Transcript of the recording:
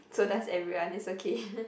so does everyone it's okay